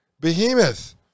behemoth